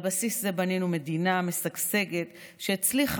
על בסיס זה בנינו מדינה משגשגת שהצליחה,